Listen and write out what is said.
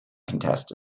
contest